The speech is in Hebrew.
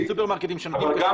סליחה